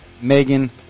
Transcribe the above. Megan